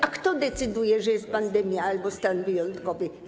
A kto decyduje, że jest pandemia albo stan wyjątkowy?